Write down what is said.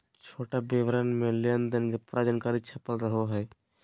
छोटा विवरण मे लेनदेन के पूरा जानकारी छपल रहो हय